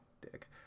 Dick